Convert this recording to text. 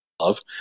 love